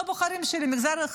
לא בוחרים של מגזר אחר,